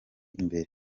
imbere